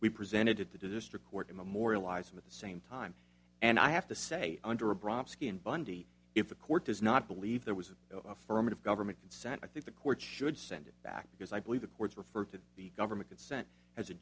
we presented to the district court to memorialize him at the same time and i have to say under a brodsky and bundy if the court does not believe there was an affirmative government consent i think the court should send it back because i believe the courts refer to the government consent as a